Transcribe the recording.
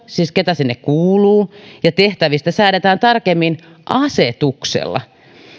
siis ketä sinne kuuluu ja tehtävistä säädetään tarkemmin asetuksella